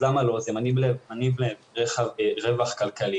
אז למה לא --- רווח כלכלי,